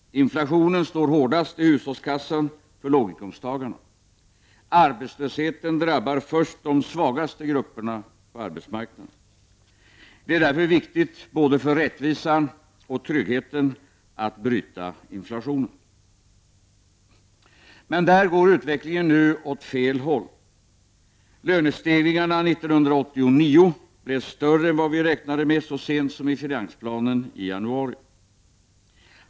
Inflationen slår hårdast i hushållskassan för låginkomsttagarna. Arbetslösheten drabbar först de svagaste grupperna på arbetsmarknaden. Det är därför viktigt, både för rättvisan och för tryggheten, att bryta inflationen. Men där går utvecklingen nu åt fel håll. Lönestegringarna 1989 blev störr« än vad vi räknade med så sent som i finansplanen i januari.